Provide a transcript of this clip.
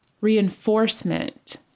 reinforcement